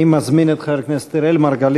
אני מזמין את חבר הכנסת אראל מרגלית,